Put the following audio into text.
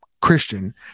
Christian